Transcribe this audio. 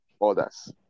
others